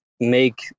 make